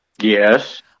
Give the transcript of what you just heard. Yes